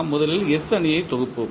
நாம் முதலில் S அணியை தொகுப்போம்